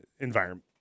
environment